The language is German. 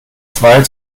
zwei